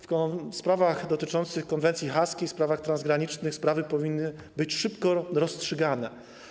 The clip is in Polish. W sprawach dotyczących konwencji haskiej, w sprawach transgranicznych sprawy powinny być szybko rozstrzygane.